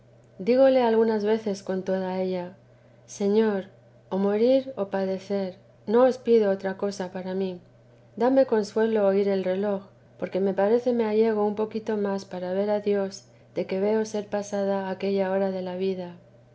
digole algunas veces con toda ella señor o morir o padecer no os pido otra cosa para mí dame consuelo oir el reloj porque me parece me llego un poquito más para ver a dios de que veo ser pasada aquella hora de la vida